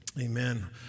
Amen